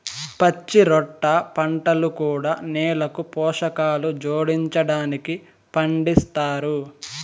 పచ్చిరొట్ట పంటలు కూడా నేలకు పోషకాలు జోడించడానికి పండిస్తారు